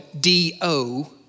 D-O